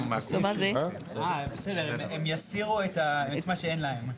הם יסירו את מה שאין להם.